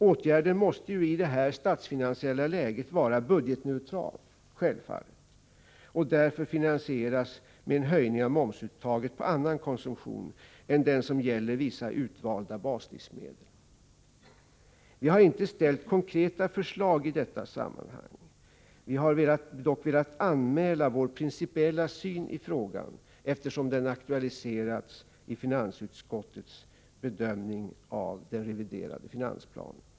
Åtgärder som denna måste i det här statsfinansiella läget självfallet vara budgetneutrala och därför finansieras med en höjning av momsuttaget på annan konsumtion än den som gäller vissa utvalda baslivsmedel. Vi har inte ställt några konkreta förslag i detta sammanhang. Vi har dock velat anmäla vår principiella syn på frågan, eftersom den har aktualiserats i finansutskottets bedömning av den reviderade finansplanen.